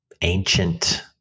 ancient